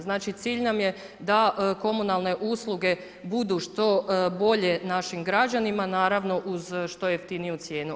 Znači cilj nam je da komunalne usluge budu što bolje našim građanima, naravno uz što jeftiniju cijenu.